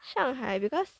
上海 because